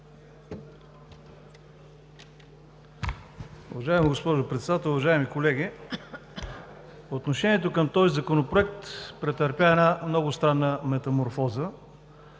Уважаема госпожо Председател, уважаеми колеги! Отношението към този законопроект претърпя една много странна метаморфоза